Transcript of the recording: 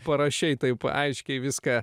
parašei taip aiškiai viską